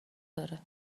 داره